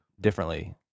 differently